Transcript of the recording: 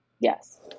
Yes